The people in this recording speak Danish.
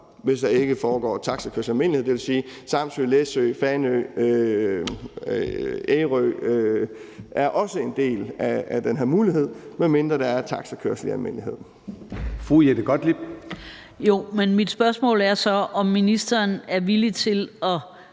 hvis der ikke foregår taxikørsel i almindelighed. Det vil sige, at Samsø, Læsø, Fanø, Ærø også er indbefattet af den her mulighed, medmindre der er taxikørsel i almindelighed.